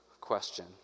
question